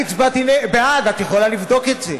אני הצבעתי בעד, את יכולה לבדוק את זה.